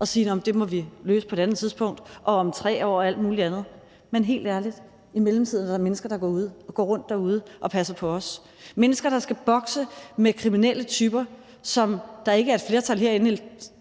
at sige, at det må vi løse på et andet tidspunkt, om 3 år, og alt muligt andet. Men helt ærlig, i mellemtiden er der mennesker, der går rundt derude og passer på os; mennesker, der skal bokse med kriminelle typer, som der ikke er et flertal herinde i